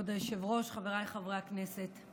כבוד היושב-ראש, חבריי חברי הכנסת,